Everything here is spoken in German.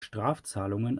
strafzahlungen